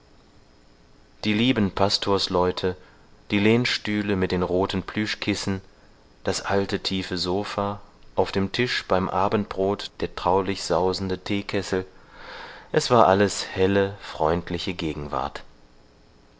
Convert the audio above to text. die lieben pastorsleute die lehnstühle mit den roten plüschkissen das alte tiefe sofa auf dem tisch beim abendbrot der traulich sausende teekessel es war alles helle freundliche gegenwart